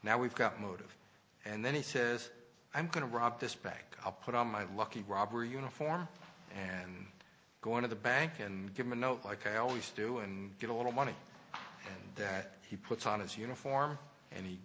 now we've got motive and then he says i'm going to rob this back i'll put on my lucky robber uniform and go into the bank and give him a note like i always do and get a little money that he puts on his uniform and he